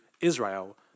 Israel